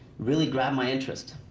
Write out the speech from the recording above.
really grabbed my interest.